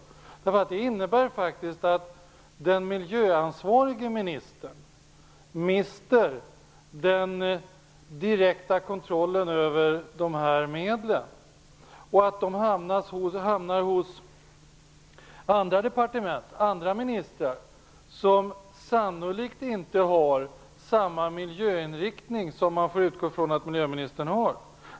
Det innebär att den miljöansvariga ministern mister den direkta kontrollen över de här medlen och att de hamnar hos andra ministrar, som sannolikt inte har samma miljöinriktning som man får utgå från att miljöministern har.